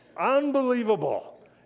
Unbelievable